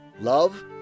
love